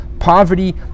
Poverty